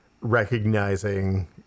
recognizing